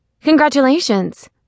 Congratulations